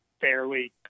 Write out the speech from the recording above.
fairly